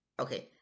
okay